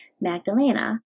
Magdalena